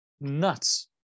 nuts